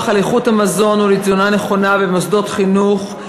על איכות המזון ולתזונה נכונה במוסדות חינוך,